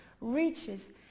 reaches